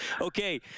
Okay